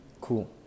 Cool